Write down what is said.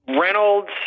Reynolds